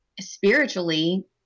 spiritually